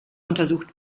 untersucht